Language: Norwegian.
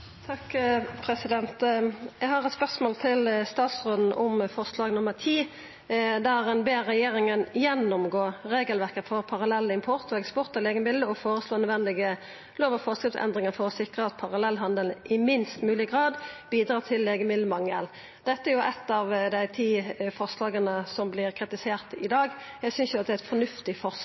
Eg har eit spørsmål til statsråden om forslag nr. 10, der ein «ber regjeringen gjennomgå regelverket for parallellimport og -eksport av legemidler og foreslå nødvendige lov- og forskriftsendringer for å sikre at parallellhandelen i minst mulig grad bidrar til legemiddelmangel». Dette er eitt av dei ti forslaga som vert kritiserte i dag. Eg synest det er eit fornuftig